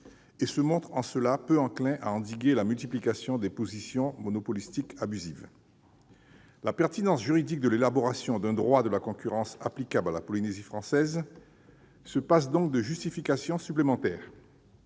et se montre, en cela, peu enclin à endiguer la multiplication des positions monopolistiques abusives. La pertinence juridique de l'élaboration d'un droit de la concurrence applicable à la Polynésie française se passe de justifications supplémentaires,